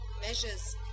measures